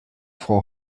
frau